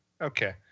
Okay